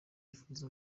yifuza